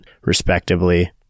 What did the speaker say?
respectively